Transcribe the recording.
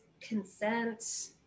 consent